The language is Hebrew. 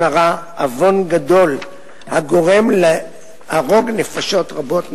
הרע "עוון גדול הגורם להרוג נפשות רבות מישראל",